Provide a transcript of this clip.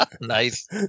Nice